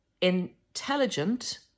intelligent